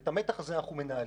ואת המתח הזה אנחנו מנהלים.